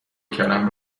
کلم